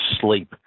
Sleep